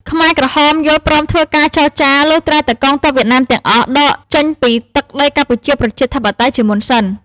ខ្មែរក្រហមយល់ព្រមធ្វើការចរចា លុះត្រាតែកងទ័ពវៀតណាមទាំងអស់ដកចេញពីទឹកដីកម្ពុជាប្រជាធិបតេយ្យជាមុនសិន។